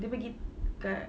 dia pergi kat